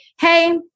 Hey